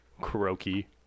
Croaky